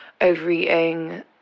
overeating